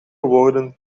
woorden